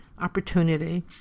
opportunity